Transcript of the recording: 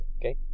Okay